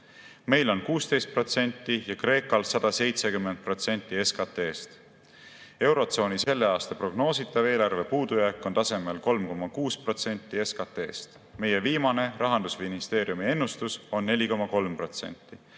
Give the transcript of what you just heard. Meil on 16% ja Kreekal 170% SKT-st. Eurotsooni selle aasta prognoositav eelarve puudujääk on tasemel 3,6% SKT-st. Meie viimane rahandusministeeriumi ennustus on 4,3%.